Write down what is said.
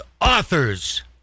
authors